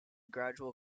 gradual